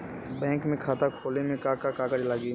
Bank में खाता खोले मे का का कागज लागी?